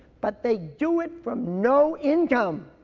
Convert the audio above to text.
but they do it from no income.